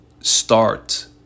start